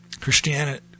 Christianity